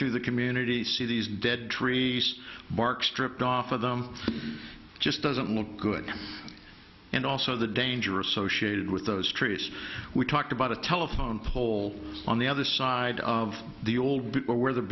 through the community see these dead trees bark stripped off of them just doesn't look good and also the danger associated with those trees we talked about a telephone pole on the other side of the old where where the